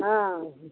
हँ